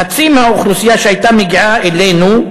חצי מהאוכלוסייה שהייתה מגיעה אלינו,